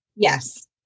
Yes